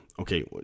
okay